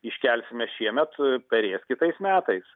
iškelsime šiemet perės kitais metais